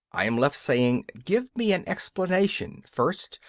i am left saying, give me an explanation, first,